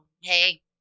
hey